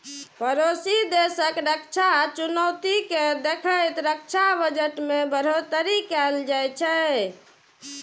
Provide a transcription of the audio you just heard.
पड़ोसी देशक रक्षा चुनौती कें देखैत रक्षा बजट मे बढ़ोतरी कैल जाइ छै